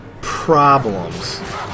problems